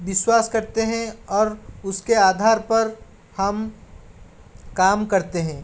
विश्वास करते हैं और उसके आधार पर हम काम करते हैं